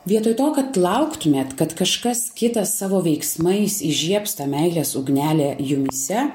vietoj to kad lauktumėt kad kažkas kitas savo veiksmais įžiebs tą meilės ugnelė jumyse